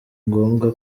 ngombwa